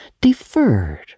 deferred